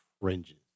fringes